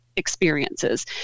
Experiences